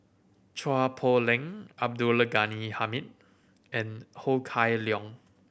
Chua Poh Leng Abdul Ghani Hamid and Ho Kai Leong